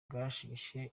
byahesheje